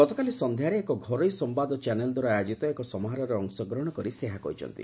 ଗତକାଲି ସନ୍ଧ୍ୟାରେ ଏକ ଘରୋଇ ସମ୍ବାଦ ଚ୍ୟାନେଲ୍ ଦ୍ୱାରା ଆୟୋଜିତ ଏକ ସମାରୋହରେ ଅଂଶଗ୍ରହଣ କରି ସେ ଏହା କହିଛନ୍ତି